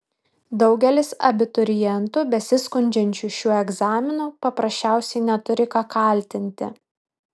daugelis abiturientų besiskundžiančių šiuo egzaminu paprasčiausiai neturi ką kaltinti